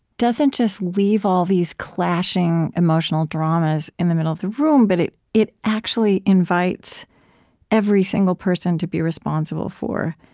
doesn't just leave all these clashing emotional dramas in the middle of the room, but it it actually invites every single person to be responsible for